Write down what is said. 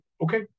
okay